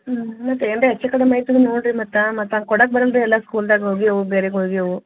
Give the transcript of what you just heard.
ಹ್ಞೂ ಮತ್ತು ಏನರ ಹೆಚ್ಚು ಕಡಮೆ ಆಯ್ತಂದರೆ ನೋಡಿರಿ ಮತ್ತು ಮತ್ತು ನಾವು ಕೊಡಕ್ಕೆ ಬರಲ್ಲ ರಿ ಎಲ್ಲ ಸ್ಕೂಲ್ದು ಗುಳ್ಗೆ ಅವು ಬೇರೆ ಗುಳ್ಗೆಯವು